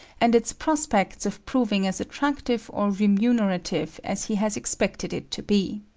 and its prospects of proving as attractive or remunerative as he has expected it to be.